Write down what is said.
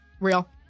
Real